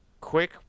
Quick